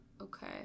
Okay